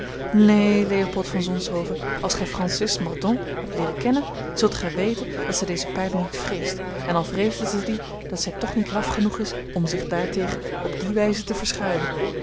neen leopold van zonshoven als gij francis mordaunt hebt leeren kennen zult gij weten dat zij deze pijlen niet vreest en al vreesde zij die dat zij toch niet laf genoeg is om zich daartegen op die wijze te verschuilen